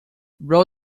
roll